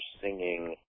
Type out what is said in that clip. singing